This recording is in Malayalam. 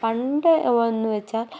പണ്ട് എന്നു വെച്ചാൽ